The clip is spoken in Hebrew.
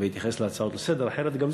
ויתייחס להצעות לסדר-היום.